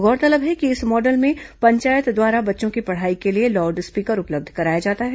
गौरतलब है कि इस मॉडल में पंचायत द्वारा बच्चों की पढ़ाई के लिए लाउडस्पीकर उपलब्ध कराया जाता है